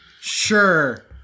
sure